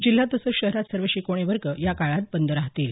जिल्हा तसंच शहरात सर्व शिकवणी वर्ग या काळात बंद राहतील